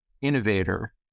innovator